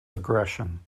aggression